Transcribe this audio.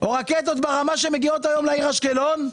או רקטות כמו אלה שמגיעות היום לעיר אשקלון,